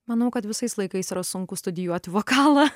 manau kad visais laikais yra sunku studijuoti vokalą